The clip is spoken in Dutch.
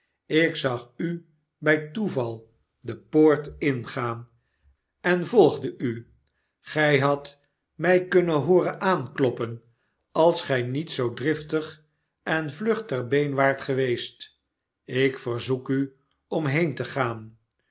ik zag u bij toeval de poort ingaan en volgde u gij hadt mij kunnen hooren aankloppen als gij niet zoo driftig en vlug ter been waart geweest ik verzoek u om heen te gaan